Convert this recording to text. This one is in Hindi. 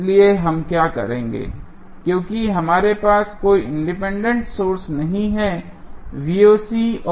इसलिए हम क्या करेंगे क्योंकि हमारे पास कोई इंडिपेंडेंट सोर्स नहीं है और का मान 0 है